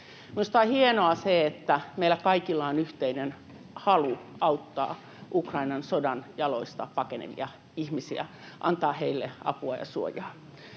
Minusta on hienoa se, että meillä kaikilla on yhteinen halu auttaa Ukrainan sodan jaloista pakenevia ihmisiä ja antaa heille apua ja suojaa.